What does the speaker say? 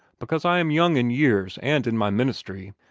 because i am young in years and in my ministry,